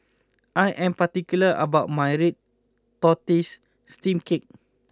I am particular about my Red Tortoise Steamed Cake